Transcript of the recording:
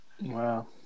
Wow